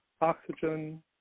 oxygen